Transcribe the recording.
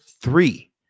three